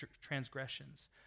transgressions